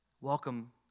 Welcome